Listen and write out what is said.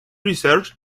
research